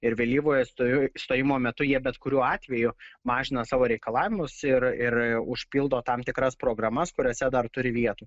ir vėlyvojo stoji stojimo metu jie bet kuriuo atveju mažina savo reikalavimus ir ir užpildo tam tikras programas kuriose dar turi vietų